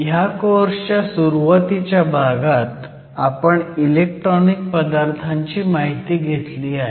ह्या कोर्सच्या सुरुवातीच्या भागात आपण इलेक्ट्रॉनिक पदार्थांची माहिती घेतली आहे